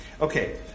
Okay